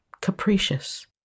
capricious